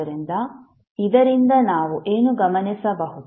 ಆದ್ದರಿಂದ ಇದರಿಂದ ನಾವು ಏನು ಗಮನಿಸಬಹುದು